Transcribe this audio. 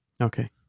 Okay